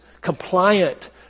compliant